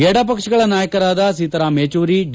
ಎಡಪಕ್ಷಗಳ ನಾಯಕರಾದ ಸೀತಾರಾಮ್ ಯೆಚೂರಿ ಡಿ